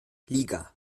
liga